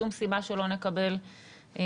שום סיבה שלא נקבל תיירים.